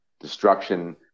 destruction